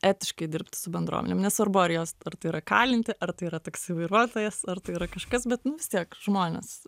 etiškai dirbti su bendruomenėm nesvarbu ar jos ar tai yra kalinti ar tai yra taksi vairuotojas ar tai yra kažkas bet nu vis tiek žmonės